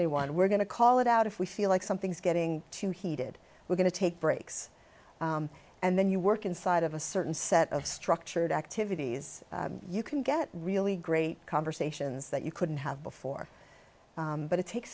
anyone we're going to call it out if we feel like something's getting too heated we're going to take breaks and then you work inside of a certain set of structured activities you can get really great conversations that you couldn't have before but it takes